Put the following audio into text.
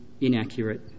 inaccurate